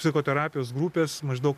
psichoterapijos grupės maždaug